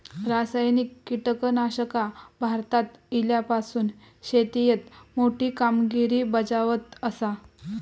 रासायनिक कीटकनाशका भारतात इल्यापासून शेतीएत मोठी कामगिरी बजावत आसा